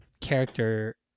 character